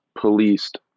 policed